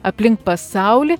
aplink pasaulį